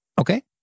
Okay